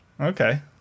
Okay